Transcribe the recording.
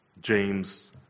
James